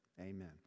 Amen